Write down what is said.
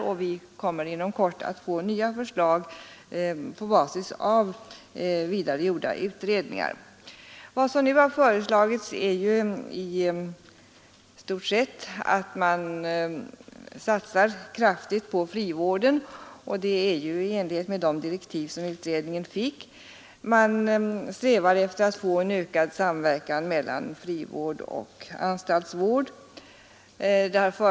Vi kommer inom kort att få nya förslag på basis av dessa utredningar. Vad som nu har föreslagits är ju i stort sett att man skall satsa kraftigt på frivården, och detta är i enlighet med de direktiv som utredningen fått. Man strävar efter att få en ökad samverkan mellan frivård och anstaltsvård.